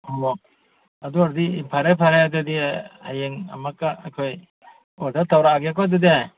ꯑꯣ ꯑꯗꯨ ꯑꯣꯏꯔꯗꯤ ꯐꯔꯦ ꯐꯔꯦ ꯑꯗꯨꯗꯤ ꯍꯌꯦꯡ ꯑꯃꯨꯛꯀ ꯑꯩꯈꯣꯏ ꯑꯣꯔꯗꯔ ꯇꯧꯔꯛꯑꯒꯦ ꯀꯣ ꯑꯗꯨꯗꯤ